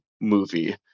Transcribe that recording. movie